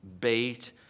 bait